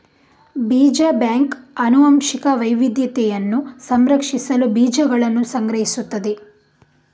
ಬೀಜ ಬ್ಯಾಂಕ್ ಆನುವಂಶಿಕ ವೈವಿಧ್ಯತೆಯನ್ನು ಸಂರಕ್ಷಿಸಲು ಬೀಜಗಳನ್ನು ಸಂಗ್ರಹಿಸುತ್ತದೆ